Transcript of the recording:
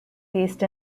based